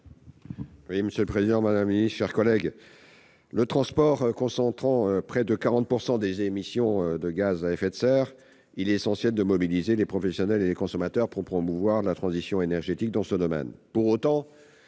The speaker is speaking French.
Quel est l'avis de la commission ? Les transports concentrant près de 40 % des émissions de gaz à effet de serre, il est essentiel de mobiliser les professionnels et les consommateurs pour promouvoir la transition énergétique dans ce domaine. Pour autant,